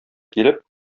килеп